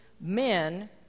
men